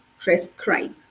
prescribe